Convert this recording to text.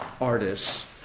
artists